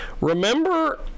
Remember